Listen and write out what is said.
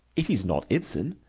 it is not ibsen.